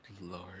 lord